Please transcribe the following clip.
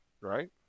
right